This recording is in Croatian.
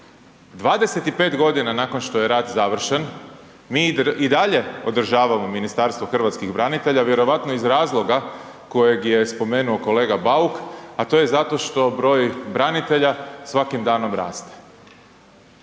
25 godina nakon što je rat završen, mi i dalje održavamo Ministarstvo hrvatskih branitelja, vjerojatno iz razloga kojeg je spomenuo kolega Bauk, a to je zato što broj branitelja svakim danom raste.